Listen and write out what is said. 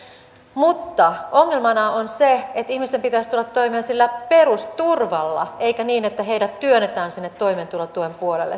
mutta ongelmana on se että ihmisten pitäisi tulla toimeen sillä perusturvalla eikä niin että heidät työnnetään sinne toimeentulotuen puolelle